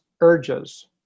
urges